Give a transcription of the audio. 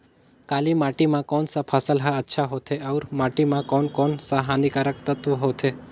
काली माटी मां कोन सा फसल ह अच्छा होथे अउर माटी म कोन कोन स हानिकारक तत्व होथे?